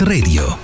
Radio